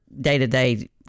day-to-day